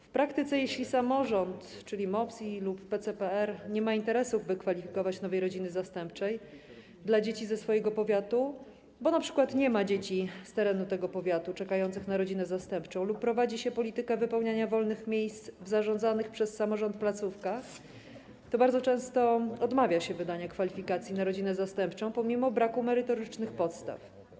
W praktyce, jeśli samorząd, czyli MOPS i/lub PCPR, nie ma interesu w wykwalifikowaniu nowej rodziny zastępczej dla dzieci ze swojego powiatu, bo np. nie ma dzieci z terenu tego powiatu czekających na rodzinę zastępczą lub prowadzi się politykę wypełniania wolnych miejsc w zarządzanych przez samorząd placówkach, to bardzo często odmawia wydania zaświadczenia o kwalifikacji na rodzinę zastępczą pomimo braku merytorycznych podstaw.